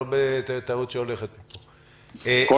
לא תיירות שהולכת מפה.